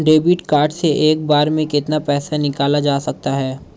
Debit card से एक बार में कितना पैसा निकाला जा सकता है?